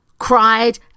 cried